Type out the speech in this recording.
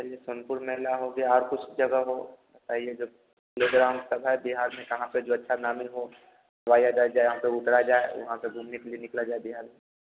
और यह संतुर मेला हो गया और कुछ जगह हो वह बताइए जब जैसे ग्राम सभा बिहार में कहाँ पर जो अच्छा नामी हो जहाँ पर उतरा जाए वहाँ पर घूमने के लिए निकला जाए बिहार में